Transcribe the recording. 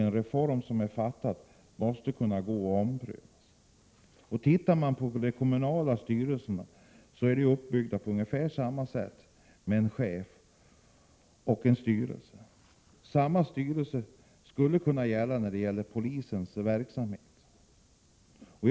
En reform som är beslutad måste därför kunna omprövas. De kommunala styrelserna är ju uppbyggda på ungefär samma sätt, dvs. med en ordförande och ett antal ledamöter. Samma styrelsesammansättning borde kunna gälla beträffande polisverksamheten.